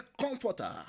comforter